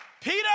Peter